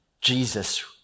Jesus